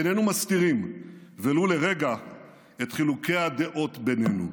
איננו מסתירים ולו לרגע את חילוקי הדעות בינינו.